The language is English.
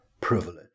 privilege